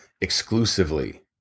exclusively